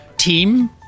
team